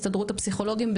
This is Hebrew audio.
הסתדרות הפסיכולוגים,